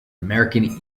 american